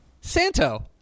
Santo